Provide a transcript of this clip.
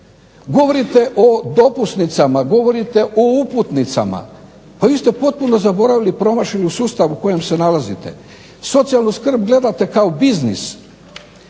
Govorite o dopusnicama, govorite o uputnicama. Pa vi ste potpuno zaboravili, promašili sustav u kojem se nalazite. Socijalnu skrb gledate kao biznis,